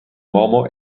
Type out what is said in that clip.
uomo